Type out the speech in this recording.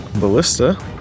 ballista